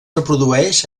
reprodueix